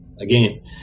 Again